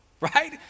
right